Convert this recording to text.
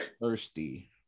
thirsty